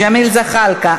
ג'מאל זחאלקה,